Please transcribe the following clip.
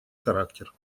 характер